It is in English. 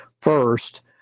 first